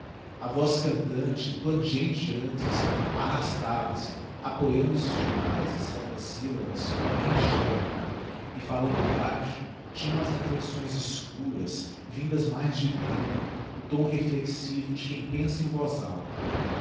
a voz cantante plangente antes arrastava se apoiando-se demais em certas syllabas como quem chama e fallando baixo tinha umas inflexões escuras vindas mais de dentro a tom reflexivo de quem pensa em voz alta